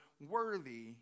worthy